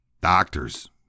doctors